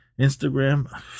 Instagram